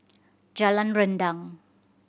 Jalan Rendang